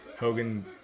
Hogan